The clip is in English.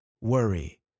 worry